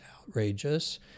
outrageous